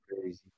crazy